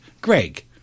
Greg